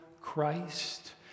Christ